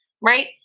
right